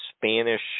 Spanish